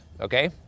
okay